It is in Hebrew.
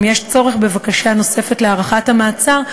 אם יש צורך בבקשה נוספת להארכת המעצר,